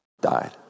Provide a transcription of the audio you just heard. died